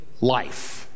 life